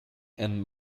and